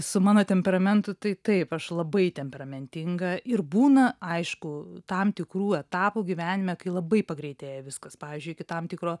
su mano temperamentu tai taip aš labai temperamentinga ir būna aišku tam tikrų etapų gyvenime kai labai pagreitėja viskas pavyzdžiui iki tam tikro